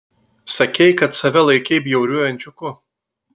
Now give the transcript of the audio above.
sakei kad save laikei bjauriuoju ančiuku